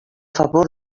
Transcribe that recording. favor